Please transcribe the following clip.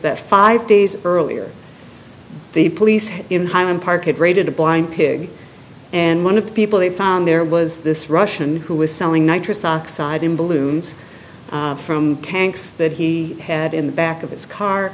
that five days earlier the police in highland park had raided a blind pig and one of the people they found there was this russian who was selling nitric oxide in balloons from tanks that he had in the back of his car